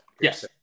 Yes